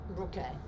Okay